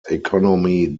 economy